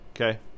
okay